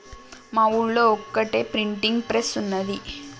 మా ఊళ్లో ఒక్కటే ప్రింటింగ్ ప్రెస్ ఉన్నది